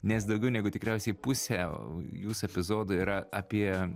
nes daugiau negu tikriausiai pusė jūs epizodų yra apie